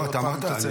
אתה אמרת לענות לך.